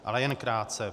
Ale jen krátce.